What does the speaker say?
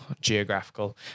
geographical